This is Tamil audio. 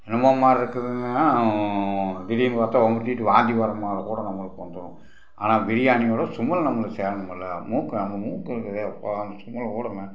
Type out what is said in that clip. என்னமோ மாதிரி இருக்குதுன்னால் திடீரெனு பார்த்தா குமட்டிட்டு வாந்தி வர மாதிரி கூட நம்மளுக்கு வந்துடும் ஆனால் பிரியாணியோட சுமல் நம்மளை சேரணுமில்ல மூக்கு நம்ம மூக்கு இருக்குதுதே அப்பா அந்த சுமேல் கூட